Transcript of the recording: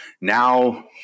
Now